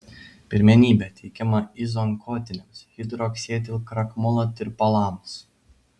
pirmenybė teikiama izoonkotiniams hidroksietilkrakmolo tirpalams